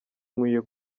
nkwiye